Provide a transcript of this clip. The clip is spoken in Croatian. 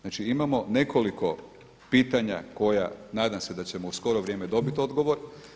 Znači, imamo nekoliko pitanja koja nadam se da ćemo u skoro vrijeme dobiti odgovor.